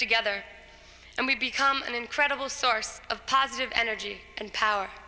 together and we become an incredible source of positive energy and power